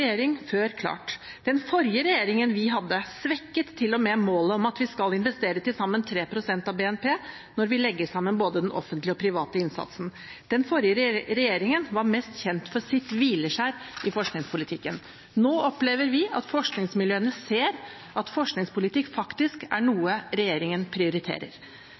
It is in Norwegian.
før klart. Den forrige regjeringen vi hadde, svekket til og med målet om at vi skal investere til sammen 3 pst. av BNP når vi legger sammen både den offentlige og den private innsatsen. Den forrige regjeringen var mest kjent for sitt hvileskjær i forskningspolitikken. Nå opplever vi at forskningsmiljøene ser at forskningspolitikk faktisk er noe regjeringen prioriterer.